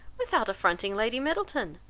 without affronting lady middleton,